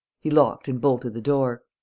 he locked and bolted the door.